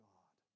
God